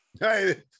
Hey